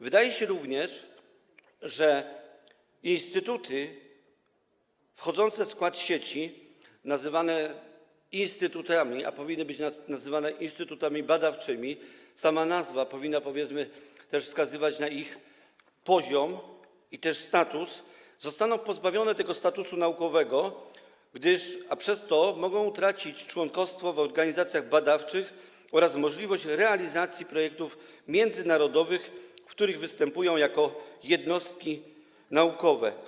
Wydaje się również, że instytuty wchodzące w skład sieci, nazywane instytutami, a powinny być nazywane instytutami badawczymi - sama nazwa powinna wskazywać na ich poziom i status - zostaną pozbawione tego statusu naukowego, a przez to mogą utracić członkostwo w organizacjach badawczych oraz możliwość realizacji projektów międzynarodowych, w których występują jako jednostki naukowe.